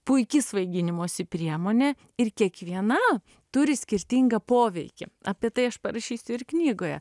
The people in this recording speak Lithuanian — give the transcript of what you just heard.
puiki svaiginimosi priemonė ir kiekviena turi skirtingą poveikį apie tai aš parašysiu ir knygoje